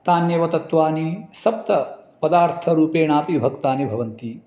तान्येव तत्त्वानि सप्तपदारर्थरूपेणापि विभक्तानि भवन्ति